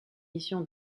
mission